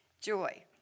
Joy